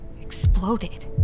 exploded